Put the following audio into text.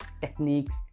techniques